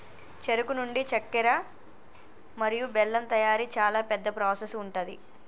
చెరుకు నుండి చెక్కర మరియు బెల్లం తయారీ చాలా పెద్ద ప్రాసెస్ ఉంటది